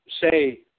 say